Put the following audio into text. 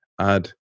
add